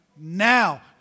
now